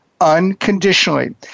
unconditionally